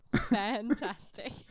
Fantastic